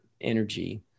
energy